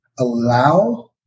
Allow